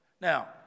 Now